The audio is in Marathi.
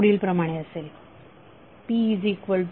ते पुढील प्रमाणे असेल